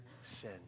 sin